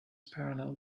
parallel